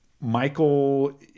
Michael